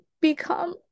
become